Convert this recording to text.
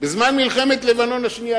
בזמן מלחמת לבנון השנייה.